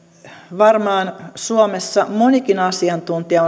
varmaan suomessa monikin asiantuntija